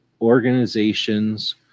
organizations